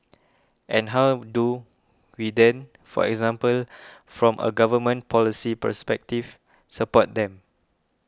and how do we then for example from a government policy perspective support them